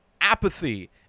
apathy